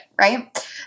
Right